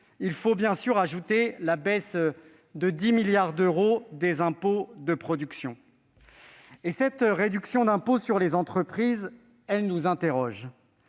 il faut bien sûr ajouter la baisse de 10 milliards d'euros des impôts de production. Cette réduction d'impôts sur les entreprises nous interroge